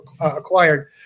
acquired